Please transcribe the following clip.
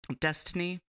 Destiny